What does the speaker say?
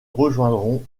rejoindront